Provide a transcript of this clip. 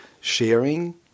sharing